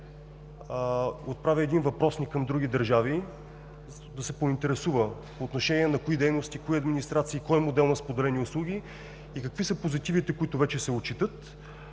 отправи един въпросник към други държави – да се поинтересува по отношение на кои дейности, кои администрации, кой модел на споделени услуги и какви са позитивите, които вече се отчитат.